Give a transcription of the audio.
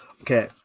Okay